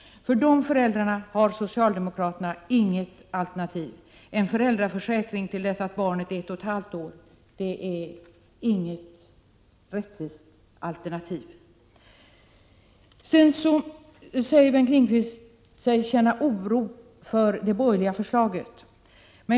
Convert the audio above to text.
För de föräldrarna har socialdemokraterna inget alternativ. En föräldraförsäkring till dess att barnet är ett och ett halvt år är inget rättvist alternativ. Sedan säger Bengt Lindqvist sig känna oro för det borgerliga förslaget.